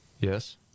Yes